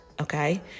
Okay